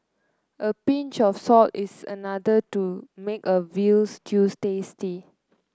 a pinch of salt is another to make a veal stews tasty